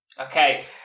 Okay